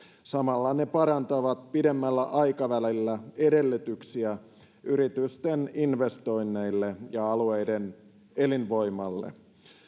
samalla ne parantavat pidemmällä aikavälillä edellytyksiä yritysten investoinneille ja alueiden elinvoimalle